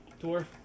dwarf